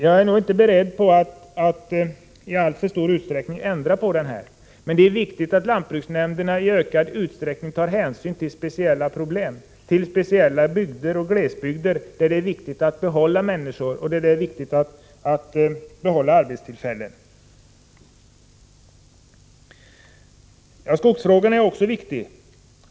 Jag är nog inte beredd att i alltför stor utsträckning medverka till att ändra på den igen, men det är viktigt att lantbruksnämnderna i ökad utsträckning tar hänsyn till speciella problem i bygder och glesbygder där det är nödvändigt att behålla människor och att behålla arbetstillfällen. Skogsfrågan är också viktig.